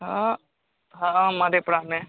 हाँ हाँ मधेपुरा में